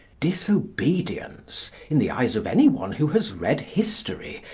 disobedience, in the eyes of anyone who has read history,